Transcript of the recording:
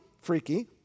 freaky